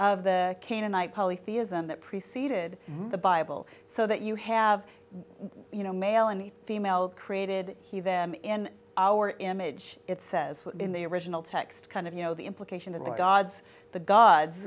of the canaanite polytheism that preceded the bible so that you have you know male and female created he them in our image it says in the original text kind of you know the implication of the gods the gods